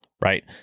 right